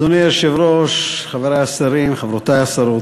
אדוני היושב-ראש, חברי השרים, חברותי השרות,